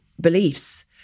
beliefs